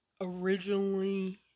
originally